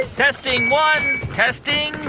ah testing one. testing two.